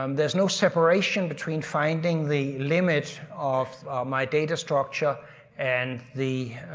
um there's no separation between finding the limit of my data structure and the.